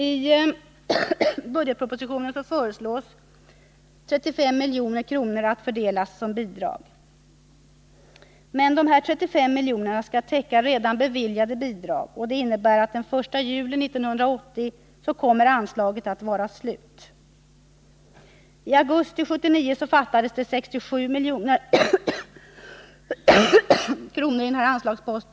I budgetpropositionen föreslås 35 milj.kr. att fördelas som bidrag. Men dessa 35 miljoner skall täcka redan beviljade bidrag. och det innebär att anslaget kommer att vara slut den 1 juli 1980. I augusti 1979 fattades det 67 milj.kr. i denna anslagspost.